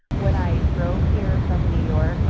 when i drove here from new york.